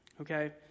Okay